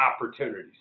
opportunities